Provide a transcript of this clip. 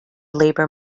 labour